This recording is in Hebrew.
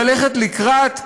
ללכת לקראת,